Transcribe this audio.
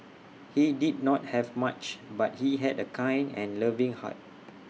he did not have much but he had A kind and loving heart